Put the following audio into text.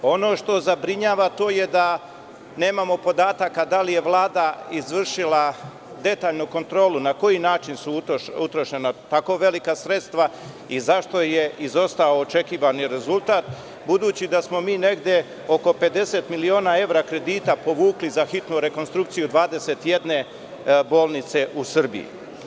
Ono što zabrinjava to je da nemamo podataka da li je Vlada izvršila detaljnu kontrolu na koji način su utrošena tako velika sredstva i zašto je izostao očekivani rezultat, budući da smo mi negde oko 50 miliona evra kredita povukli za hitnu rekonstrukciju 21 bolnice u Srbiji.